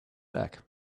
back